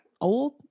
old